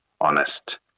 honest